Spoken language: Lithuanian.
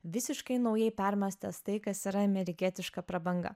visiškai naujai permąstęs tai kas yra amerikietiška prabanga